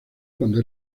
cuando